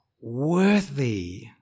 Worthy